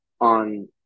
on